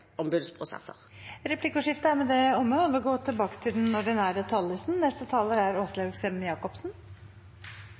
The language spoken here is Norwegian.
oss. Replikkordskiftet er omme. Før vi går tilbake til den ordinære